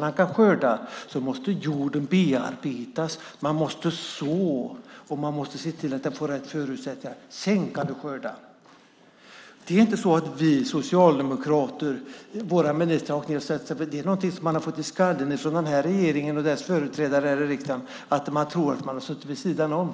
man kan skörda måste jorden bearbetas, man måste så och man måste se till att grödan får rätt förutsättningar. Sedan kan man skörda. Det är inte så att våra socialdemokratiska ministrar har åkt ned och satt sig vid sidan om. Det är någonting som den här regeringen och dess företrädare här i riksdagen har fått i skallen.